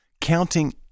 counting